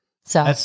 So-